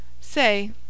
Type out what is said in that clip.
Say